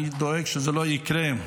אני דואג שזה לא יקרה,